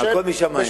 הכול משמים.